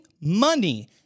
money